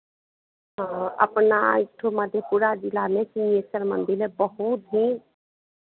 हाँ अपना एक ठो मधेपुरा जिला मे सिंहेश्वर मंदिर है बहुत ही